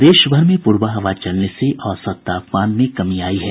प्रदेशभर में पूरबा हवा चलने से औसत तापमान में कमी आई है